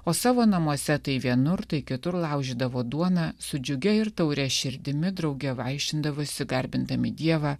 o savo namuose tai vienur tai kitur laužydavo duoną su džiugia ir tauria širdimi drauge vaišindavosi garbindami dievą